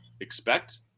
expect